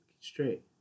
straight